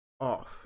off